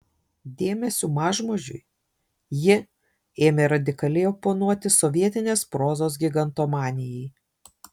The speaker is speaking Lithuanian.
dėmesiu mažmožiui ji ėmė radikaliai oponuoti sovietinės prozos gigantomanijai